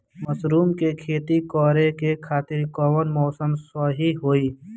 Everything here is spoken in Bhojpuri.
मशरूम के खेती करेके खातिर कवन मौसम सही होई?